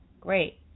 Great